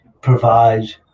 provides